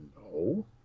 No